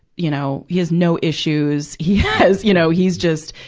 you know, he has no issues, he has, you know, he's just,